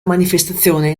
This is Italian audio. manifestazione